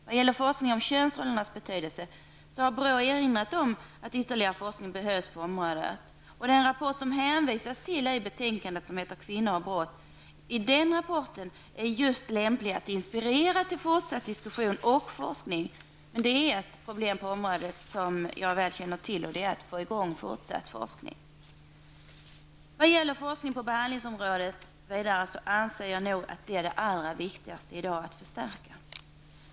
Beträffande forskning om könsrollernas betydelse har BRÅ erinrat om att ytterligare forskning behövs på området. Den rapport som det hänvisas till i betänkandet, Kvinnobrott, är lämplig att inspirera till fortsatt diskussion och forskning. Det finns ett problem på området som jag väl känner till, nämligen att få i gång fortsatt forskning. Forskningen på behandlingsområdet anser jag nog i dag är det allra viktigaste att förstärka.